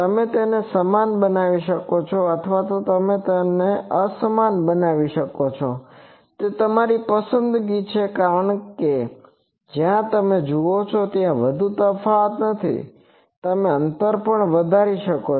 તમે તેને સમાન બનાવી શકો છો અથવા તમે તેને અસમાન બનાવી શકો છો તે તમારી પસંદગી છે કારણ કે જ્યાં તમે જુઓ છો ત્યાં વધુ તફાવત નથી તમે અંતર પણ વધારી શકો છો